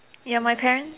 ya my parents